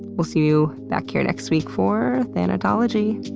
we'll see you back here next week for thanatology.